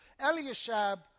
Eliashab